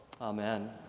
Amen